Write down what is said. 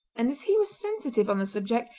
and as he was sensitive on the subject,